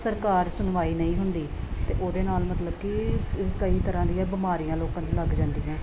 ਸਰਕਾਰ ਸੁਣਵਾਈ ਨਹੀਂ ਹੁੰਦੀ ਅਤੇ ਉਹਦੇ ਨਾਲ ਮਤਲਬ ਕਿ ਕਈ ਤਰ੍ਹਾਂ ਦੀ ਬਿਮਾਰੀਆਂ ਲੋਕਾਂ ਦੀ ਲੱਗ ਜਾਂਦੀਆਂ